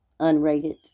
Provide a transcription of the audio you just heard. unrated